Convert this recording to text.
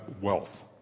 wealth